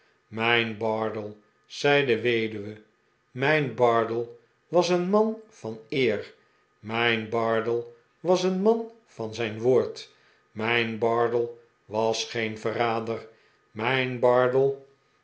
mijn bard el zei de weduwe mijn bardell was een man van eer mijn bardell was een man van zijn woord mijn bardell was geen verrader mijn